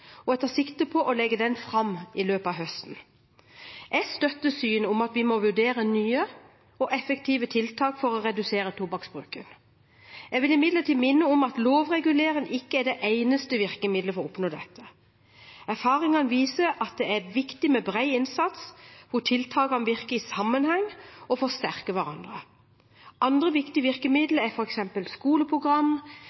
og jeg tar sikte på å legge den fram i løpet av høsten. Jeg støtter det synet at vi må vurdere nye og effektive tiltak for å redusere tobakksbruken. Jeg vil imidlertid minne om at lovregulering ikke er det eneste virkemidlet for å oppnå dette. Erfaringer viser at det er viktig med bred innsats hvor tiltakene virker i sammenheng og forsterker hverandre. Andre viktige